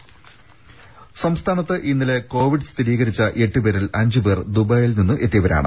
ദ്ദേ സംസ്ഥാനത്ത് ഇന്നലെ കോവിഡ് സ്ഥിരീകരിച്ച എട്ട് പേരിൽ അഞ്ചുപേർ ദുബായിൽ നിന്ന് എത്തിയവരാണ്